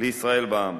לישראל בע"מ,